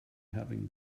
having